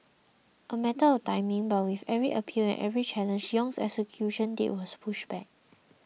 a matter of timing but with every appeal and every challenge Yong's execution date was pushed back